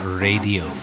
Radio